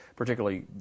Particularly